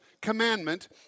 commandment